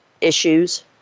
issues